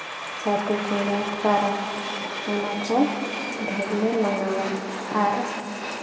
ᱪᱷᱟᱹᱛᱩ ᱠᱩᱰᱟᱹ ᱯᱚᱨᱚᱵᱽ ᱚᱱᱟ ᱠᱚ ᱰᱷᱮᱹᱨ ᱞᱮ ᱢᱟᱱᱟᱣᱟ ᱟᱨ